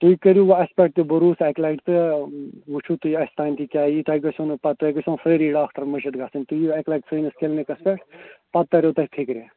تُہۍ کٔرِو یہِ اَسہِ پٮ۪ٹھ تہِ بٔروٗس اَکہِ لَٹہِ تہٕ وٕچھُو تُہی اَسہِ تام تہِ کیٛاہ یی تۄہہِ گَژھیو نہٕ پتہٕ تُہۍ گَژِھنو سٲری ڈاکٹر مٔشِتھ گَژھٕنۍ تُہۍ یِیِو اَکہِ لَٹہِ سٲنِس کِلنِکَس پٮ۪ٹھ پتہٕ تَریو تۄہہِ فِکرِ